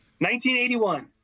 1981